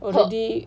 already